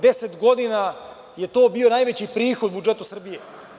Deset godina je to bio najveći prihod budžetu Srbije.